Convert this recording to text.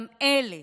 גם אלה